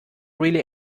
really